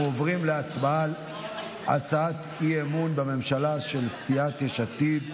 אנחנו עוברים להצבעה על הצעת אי-אמון בממשלה של סיעת יש עתיד.